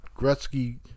Gretzky